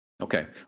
Okay